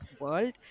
world